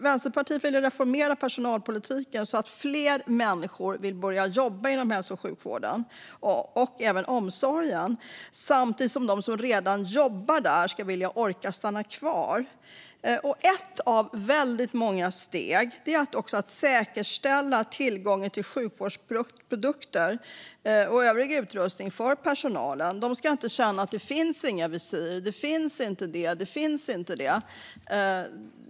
Vänsterpartiet vill reformera personalpolitiken så att fler människor vill börja jobba inom hälso och sjukvården och omsorgen samtidigt som de som redan jobbar där ska vilja och orka stanna kvar. Ett av väldigt många steg är att säkerställa tillgången till sjukvårdsprodukter och övrig utrustning för personalen. De ska inte känna att det finns inga visir, det finns inte det och det finns inte det.